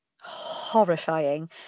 horrifying